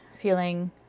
feeling